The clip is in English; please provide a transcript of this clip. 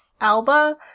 Alba